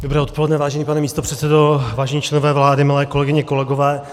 Dobré odpoledne vážený pane místopředsedo, vážení členové vlády, milé kolegyně, kolegové.